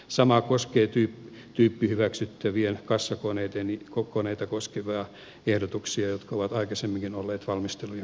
sama koskee tyyppihyväksyttäviä kassakoneita koskevia ehdotuksia jotka ovat aikaisemminkin olleet valmistelujen kohteina